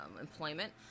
employment